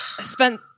spent